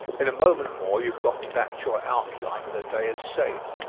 in a moment more you have gotten back to your outline and the day is saved.